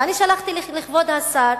ואני שלחתי לכבוד השר